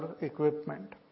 equipment